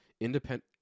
independent